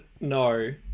No